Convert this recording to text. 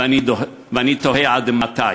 ואני תוהה: עד מתי?